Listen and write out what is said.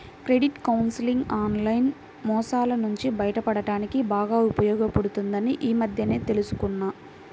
credit counselling online మోసాల నుంచి బయటపడడానికి బాగా ఉపయోగపడుతుందని ఈ మధ్యనే తెల్సుకున్నా